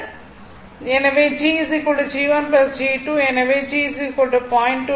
எனவே g g1 g2 எனவே g 0